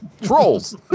Trolls